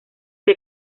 que